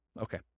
Okay